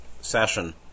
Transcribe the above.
session